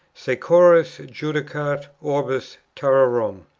securus judicat orbis terrarum!